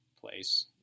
place